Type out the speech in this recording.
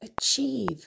achieve